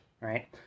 right